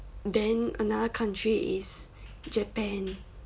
then another country is japan